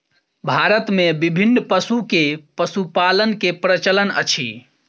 भारत मे विभिन्न पशु के पशुपालन के प्रचलन अछि